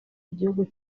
igihugu